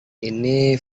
ini